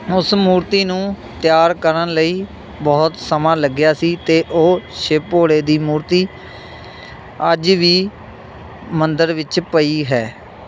ਉਸ ਮੂਰਤੀ ਨੂੰ ਤਿਆਰ ਕਰਨ ਲਈ ਬਹੁਤ ਸਮਾਂ ਲੱਗਿਆ ਸੀ ਅਤੇ ਉਹ ਸ਼ਿਵ ਭੋਲੇ ਦੀ ਮੂਰਤੀ ਅੱਜ ਵੀ ਮੰਦਰ ਵਿੱਚ ਪਈ ਹੈ